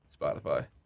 Spotify